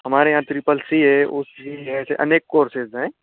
हमारे यहाँ triple C है अनेक कौरसस हैं